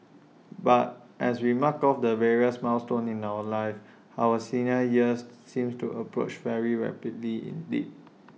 but as we mark off the various milestones of life our senior years seem to approach very rapidly indeed